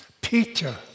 Peter